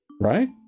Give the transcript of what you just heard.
right